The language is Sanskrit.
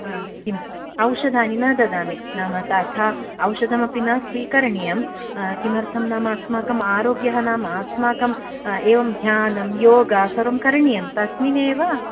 हा किम् औषधानि न ददामि नाम तथा औषधमपि न स्वीकरणीयं किमर्थं नाम अस्माकं आरोग्यः नाम अस्माकम् एवं ध्यानं योग सर्वं करणीयम् तस्मिन्नेव